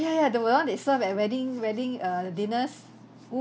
!aiya! ya the one they serve at wedding wedding err dinners oo